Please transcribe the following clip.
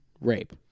rape